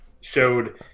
showed